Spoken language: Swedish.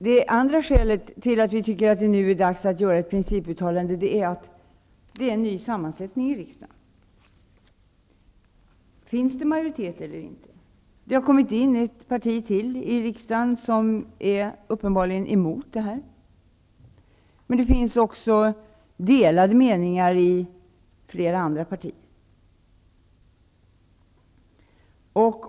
Det andra skälet till att vi tycker att det nu är dags att göra ett principuttalande är att riksdagen har en ny sammansättning. Finns det majoritet eller inte? Det har kommit in ett parti till i riksdagen som uppenbarligen är emot ett sådant här partnerskap, men det finns också delade meningar i flera partier.